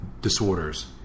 disorders